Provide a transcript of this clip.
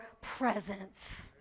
presence